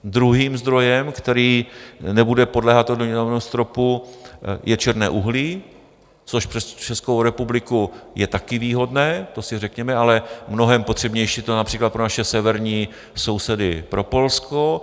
Druhým zdrojem, který nebude podléhat stropu, je černé uhlí, což pro Českou republiku je taky výhodné, to si řekněme, ale mnohem potřebnější je to například pro naše severní sousedy pro Polsko.